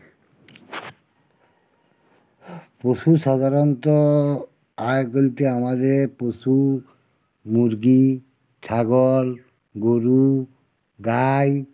পশু সাধারণত আয় বলতে আমাদের পশু মুরগি ছাগল গরু গাই